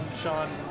Sean